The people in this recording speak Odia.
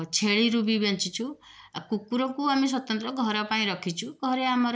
ଆଉ ଛେଳିରୁ ବି ବଞ୍ଚିଛୁ ଆଉ କୁକୁରଙ୍କୁ ଆମେ ସ୍ୱତନ୍ତ୍ର ଘର ପାଇଁ ରଖିଛୁ ଘରେ ଆମର